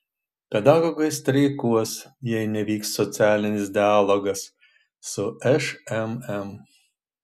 pedagogai streikuos jei nevyks socialinis dialogas su šmm